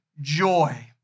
joy